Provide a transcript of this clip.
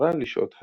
עברה לשעות הערב.